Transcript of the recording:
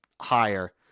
higher